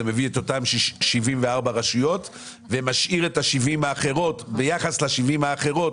מביא את אותן 74 רשויות ומשאיר את ה-70 האחרות כאשר ביחס ל-70 האחרות,